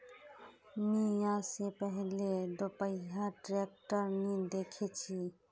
मी या से पहले दोपहिया ट्रैक्टर नी देखे छी